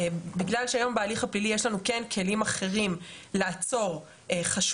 בגלל שהיום בהליך הפלילי כן יש לנו כלים אחרים לעצור חשודים,